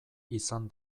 izan